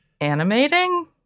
animating